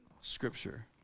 scripture